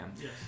yes